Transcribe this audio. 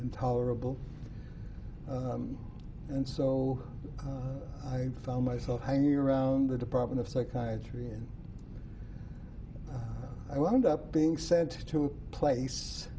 intolerable and so i found myself hanging around the department of psychiatry and i wound up being sent to a place